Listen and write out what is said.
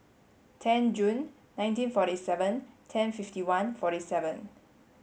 ten June nineteen forty seven ten fifty one forty seven